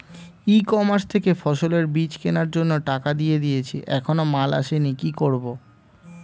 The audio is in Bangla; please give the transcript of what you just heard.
ই কমার্স থেকে ফসলের বীজ কেনার জন্য টাকা দিয়ে দিয়েছি এখনো মাল আসেনি কি করব?